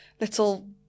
little